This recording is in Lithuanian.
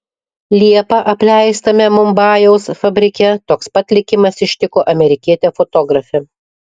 liepą apleistame mumbajaus fabrike toks pat likimas ištiko amerikietę fotografę